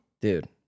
Dude